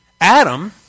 Adam